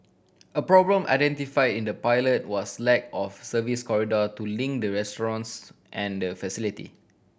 a problem identify in the pilot was lack of service corridor to link the restaurants and the facility